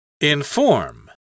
Inform